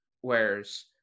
Whereas